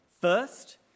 First